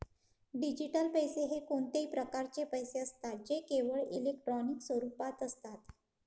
digital पैसे हे कोणत्याही प्रकारचे पैसे असतात जे केवळ इलेक्ट्रॉनिक स्वरूपात असतात